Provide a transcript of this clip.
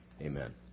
amen